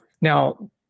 Now